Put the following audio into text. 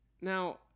Now